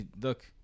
Look